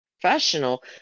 professional